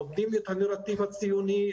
לומדים את הנראטיב הציוני,